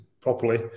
properly